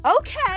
Okay